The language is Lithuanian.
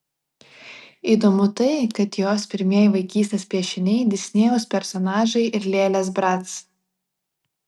įdomu tai kad jos pirmieji vaikystės piešiniai disnėjaus personažai ir lėlės brac